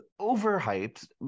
overhyped